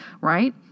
Right